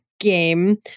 game